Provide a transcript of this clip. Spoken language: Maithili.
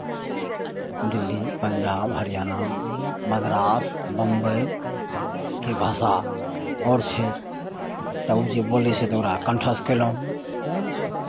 दिल्ली पंजाब हरियाणा मद्रास मुम्बईके भाषा आओर छै तब ओ जे बोलै छै तऽ ओकरा कण्ठस्थ कयलहुँ